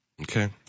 Okay